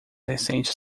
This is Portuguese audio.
recentes